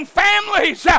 families